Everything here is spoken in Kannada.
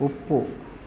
ಒಪ್ಪು